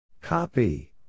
Copy